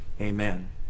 amen